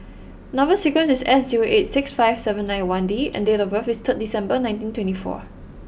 number sequence is S zero eight six five seven nine one D and date of birth is third December nineteen twenty four